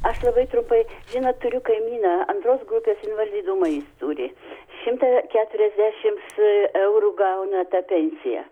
aš labai trumpai žinot turiu kaimyną antros grupės invalidumą jis turi šimtą keturiasdešims eurų gauna tą pensiją